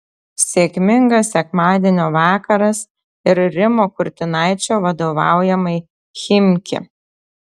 sėkmingas sekmadienio vakaras ir rimo kurtinaičio vadovaujamai chimki